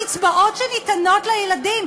בקצבאות שניתנות לילדים,